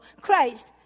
Christ